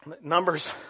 Numbers